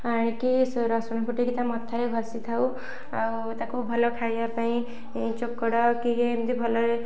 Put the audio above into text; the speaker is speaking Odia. ଆଣିକି ରସୁଣ ଫୁଟାଇକି ତା ମଥାରେ ଘଷିଥାଉ ଆଉ ତାକୁ ଭଲ ଖାଇବା ପାଇଁ ଚୋକଡ଼ କି ଏମିତି ଭଲରେ